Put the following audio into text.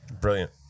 Brilliant